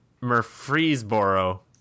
Murfreesboro